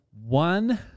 One